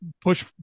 push